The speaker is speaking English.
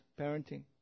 parenting